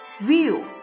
View